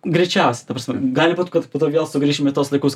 greičiausiai ta prasme gali būti kad po to vėl sugrįšim į tuos laikus